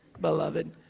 beloved